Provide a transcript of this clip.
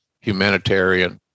humanitarian